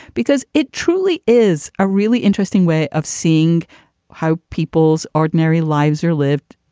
because it truly is a really interesting way of seeing how people's ordinary lives are lived,